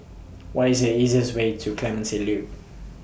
What IS The easiest Way to Clementi Loop